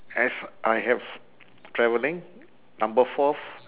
as I have travelling number fourth